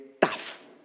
tough